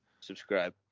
Subscribe